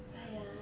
!aiya!